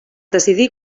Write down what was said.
decidí